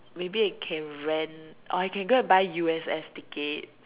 maybe I can rent or I can go and buy U_S_S ticket